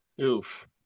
Oof